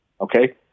okay